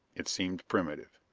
it seemed primitive.